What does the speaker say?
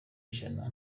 ijana